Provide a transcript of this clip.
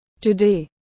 today